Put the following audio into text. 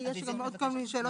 כי יש עוד כל מיני שאלות.